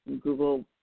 Google